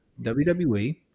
WWE